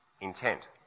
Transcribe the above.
intent